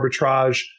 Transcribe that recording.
arbitrage